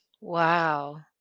Wow